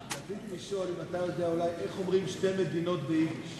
אתה יודע אולי איך אומרים שתי מדינות ביידיש?